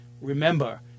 remember